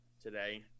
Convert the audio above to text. today